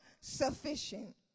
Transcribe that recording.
sufficient